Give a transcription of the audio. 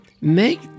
make